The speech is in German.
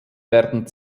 werden